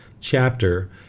chapter